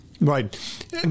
Right